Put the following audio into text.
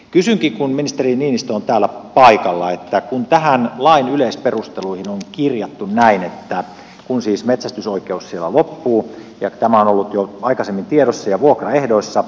kysynkin kun ministeri niinistö on täällä paikalla että kun lain yleisperusteluihin on kirjattu näin kun siis metsästysoikeus siellä loppuu ja tämä on ollut jo aikaisemmin tiedossa ja vuokraehdoissa